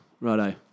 Righto